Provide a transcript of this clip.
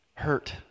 hurt